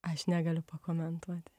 aš negaliu pakomentuoti